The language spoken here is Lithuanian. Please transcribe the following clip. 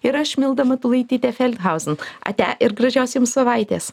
ir aš milda matulaitytė feldhauzen ate ir gražios jums savaitės